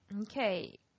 Okay